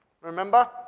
Remember